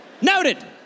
noted